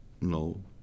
no